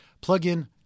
plug-in